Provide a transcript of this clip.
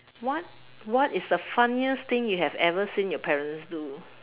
what what is the funniest thing you have ever seen your parents do